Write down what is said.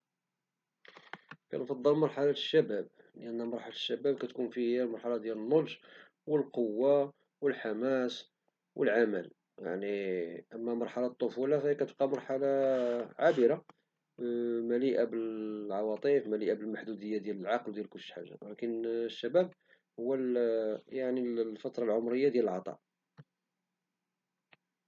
كنفضل المرحلة د الشباب لأن كتكون هي المرحلة ديال النضج والقوة والحماس والعمل، يعني مرحلة الطفولة كتبقى مرحلة عابرة ومليئة بالعواطف والمحدودية ديال العقل، ولكن الشباب هو الفترة العمرية ديال العطاء.